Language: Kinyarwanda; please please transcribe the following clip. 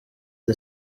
the